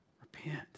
Repent